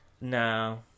No